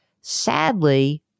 Sadly